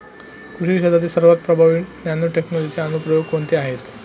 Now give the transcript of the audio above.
कृषी क्षेत्रातील सर्वात प्रभावी नॅनोटेक्नॉलॉजीचे अनुप्रयोग कोणते आहेत?